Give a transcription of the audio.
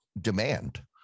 demand